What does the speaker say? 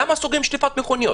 למה סוגרים מקומות לשטיפת מכוניות?